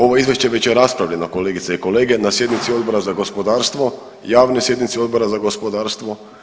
Ovo izvješće je već raspravljeno kolegice i kolege na sjednici Odbora za gospodarstvo, javnoj sjednici Odbora za gospodarstvo.